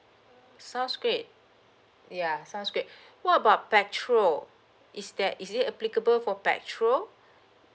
sounds great ya sounds great what about petrol is there is it applicable for petrol